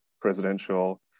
presidential